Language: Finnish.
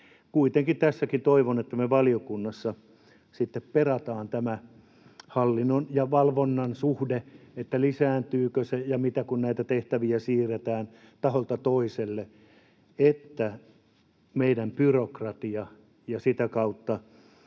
Kuitenkin tässäkin toivon, että me valiokunnassa perataan tämä hallinnon ja valvonnan suhde, että lisääntyykö valvonta, ja kun näitä tehtäviä siirretään taholta toiselle, tuleeko meidän byrokratia ja sitä kautta